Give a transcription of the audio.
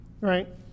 right